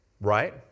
Right